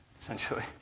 essentially